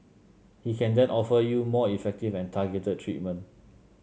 he can then offer you more effective and targeted treatment